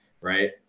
Right